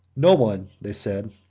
no one, they said,